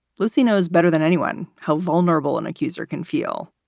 lucy knows better than anyone how vulnerable and accuser can feel.